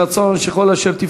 יהי רצון שבכל אשר תפנו,